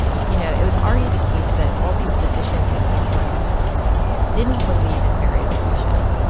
you know, it was already the case that all these physicians in england didn't believe in variolation.